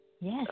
Yes